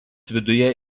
viduje